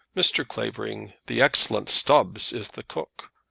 mr. clavering, the excellent stubbs is the cook.